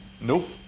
nope